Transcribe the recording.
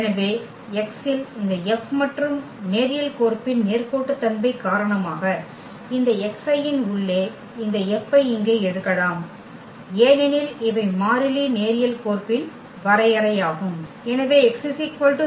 எனவே x இல் இந்த F மற்றும் நேரியல் கோர்ப்பின் நேர்கோட்டுத்தன்மை காரணமாக இந்த xi இன் உள்ளே இந்த F ஐ இங்கே எடுக்கலாம் ஏனெனில் இவை மாறிலி நேரியல் கோர்ப்பின் வரையறையாகும்